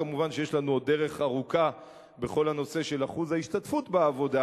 כמובן שיש לנו עוד דרך ארוכה בכל הנושא של אחוז ההשתתפות בעבודה